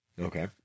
Okay